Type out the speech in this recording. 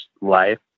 life